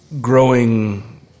growing